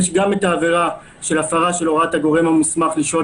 יש גם את העבירה של הפרת הוראת הגורם המוסמך לשהות